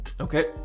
okay